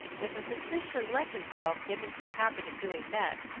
if a physician let himself get into the habit of doing that,